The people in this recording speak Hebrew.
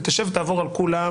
ותשב ותעבור על כולן.